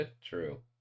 True